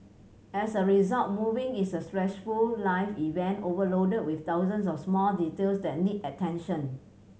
as a result moving is a stressful life event overloaded with thousands of small details that need attention